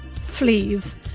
fleas